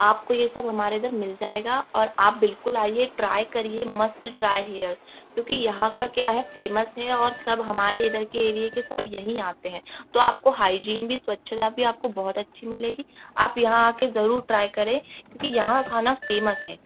आपको ये सब हमारे यहां मिल जाएगा और आप बिल्कुल आइए ट्राई करिए मस्ट ट्राई हियर क्योंकि यहाँ का क्या है फेमस है और सब हमारे इधर के एरिये के सब यहीं आते हैं तो आपको हाइजीन भी स्वच्छता भी आपको बहुत अच्छी मिलेगी आप यहाँ आकर जरूर ट्राई करें क्योंकि यहाँ का खाना फेमस है